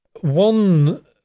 one